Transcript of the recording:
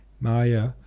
Maya